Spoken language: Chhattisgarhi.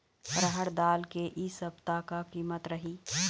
रहड़ दाल के इ सप्ता का कीमत रही?